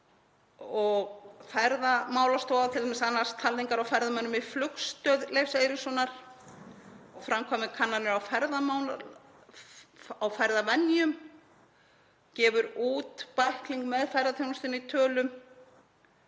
Ferðamálastofa annast t.d. talningar á ferðamönnum í Flugstöð Leifs Eiríkssonar og framkvæmir kannanir á ferðavenjum, gefur út bækling með ferðaþjónustunni í tölum